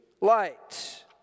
light